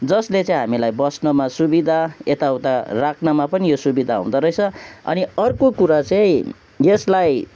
जसले चाहिँ हामीलाई बस्नमा सुविधा यता उता राख्नमा पनि यो सुविधा हुँदो रहेछ अनि अर्को कुरा चाहिँ यसलाई